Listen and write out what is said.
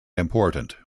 important